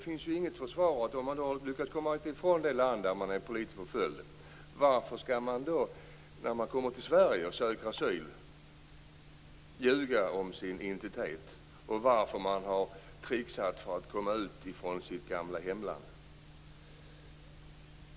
Men om man har lyckats komma ifrån det land där man har varit politiskt förföljd, varför skall man då när man söker asyl i Sverige ljuga om sin identitet och om varför man har tricksat för att komma ut från sitt gamla hemland?